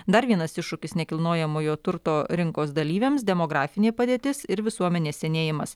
dar vienas iššūkis nekilnojamojo turto rinkos dalyviams demografinė padėtis ir visuomenės senėjimas